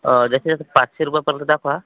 जास्तीत जास्त पाचशे रुपयापर्यंत दाखवा